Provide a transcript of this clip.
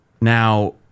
Now